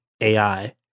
AI